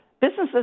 Businesses